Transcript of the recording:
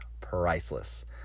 priceless